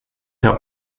der